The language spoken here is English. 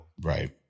Right